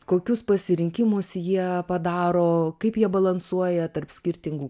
kokius pasirinkimus jie padaro kaip jie balansuoja tarp skirtingų